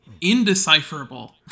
indecipherable